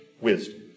wisdom